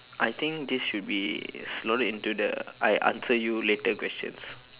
I think this should be slowly into the I answer you later questions